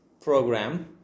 program